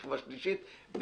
שכבה שלישית,